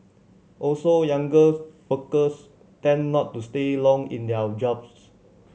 also younger workers tend not to stay long in their jobs